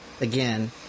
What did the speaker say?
again